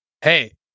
Hey